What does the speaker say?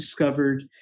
discovered